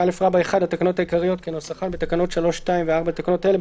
ו-8א(1) לתקנות העיקריות כנוסחן בתקנות 3(2) ו-4 לתקנות אלה,